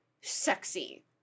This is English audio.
sexy